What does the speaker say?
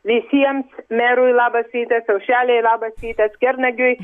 visiems merui labas rytas aušrelei labas rytas kernagiui